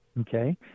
Okay